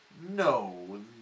No